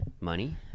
money